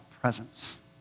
presence